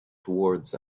towards